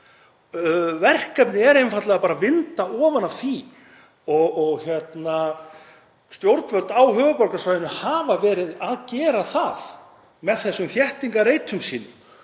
Verkefnið er einfaldlega að vinda ofan af því. Stjórnvöld á höfuðborgarsvæðinu hafa verið að gera það með þessum þéttingarreitum sínum.